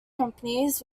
companies